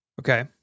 Okay